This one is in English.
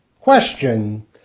Question